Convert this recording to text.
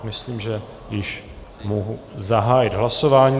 Myslím, že již mohu zahájit hlasování.